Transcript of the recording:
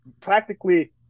practically